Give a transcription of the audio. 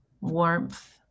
warmth